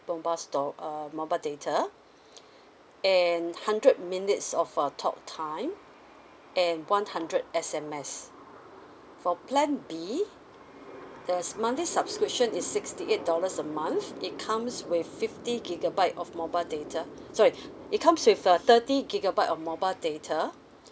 mobile store err mobile data and hundred minutes of uh talk time and one hundred S_M_S for plan B the monthly subscription is sixty eight dollars a month it comes with fifty gigabyte of mobile data sorry it comes with uh thirty gigabyte of mobile data